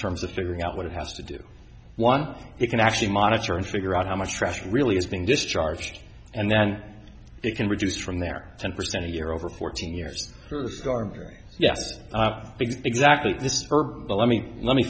terms of figuring out what it has to do one thing you can actually monitor and figure out how much trash really is being discharged and then it can reduce from there ten percent a year over fourteen years yes exactly this let me let me